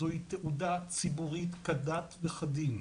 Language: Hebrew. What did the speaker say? זו היא תעודה ציבורית כדת וכדין,